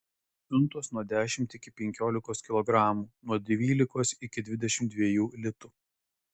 siuntos nuo dešimt iki penkiolikos kilogramų nuo dvylikos iki dvidešimt dviejų litų